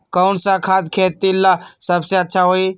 कौन सा खाद खेती ला सबसे अच्छा होई?